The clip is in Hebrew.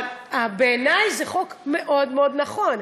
אבל בעיני זה חוק מאוד מאוד נכון.